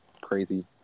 Crazy